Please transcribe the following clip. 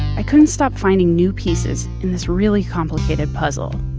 i couldn't stop finding new pieces in this really complicated puzzle.